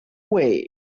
way